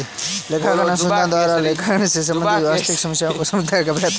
लेखांकन अनुसंधान द्वारा लेखांकन से संबंधित वास्तविक समस्याओं को समझाने का प्रयत्न होता है